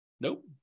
Nope